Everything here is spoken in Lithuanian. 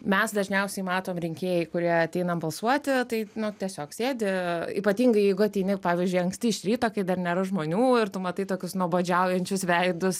mes dažniausiai matom rinkėjai kurie ateina balsuoti tai nu tiesiog sėdi ypatingai jeigu ateini pavyzdžiui anksti iš ryto kai dar nėra žmonių ir tu matai tokius nuobodžiaujančius veidus